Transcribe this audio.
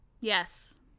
Yes